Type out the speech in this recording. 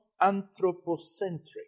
anthropocentric